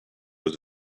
was